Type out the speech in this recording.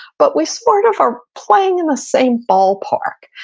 but we sort of are playing in the same ball park.